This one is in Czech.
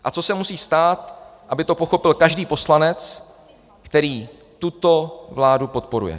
A co se musí stát, aby to pochopil každý poslanec, který tuto vládu podporuje?